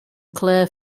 clare